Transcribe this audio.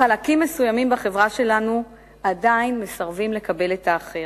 חלקים מסוימים בחברה שלנו עדיין מסרבים לקבל את האחר.